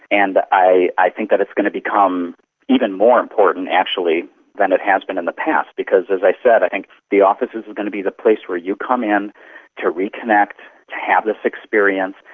and i i think that it's going to become even more important actually than it has been in the past because, as i said, i think the office is and going to be the place where you come in to reconnect, to have this experience,